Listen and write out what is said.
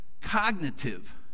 cognitive